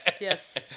yes